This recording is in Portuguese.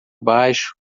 baixo